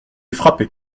frappé